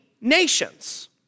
nations